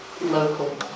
local